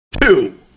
Two